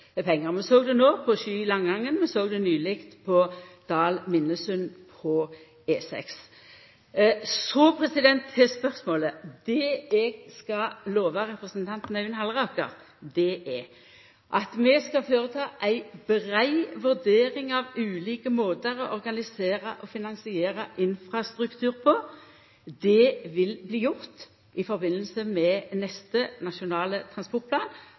pengar. Vi såg det no med Sky–Langangen, og vi såg det nyleg med Dal–Minnesund på E6. Så til spørsmålet. Det eg skal lova representanten Øyvind Halleraker, er at vi skal føreta ei brei vurdering av ulike måtar å organisera og finansiera infrastruktur på. Det vil bli gjort i samband med neste Nasjonal transportplan,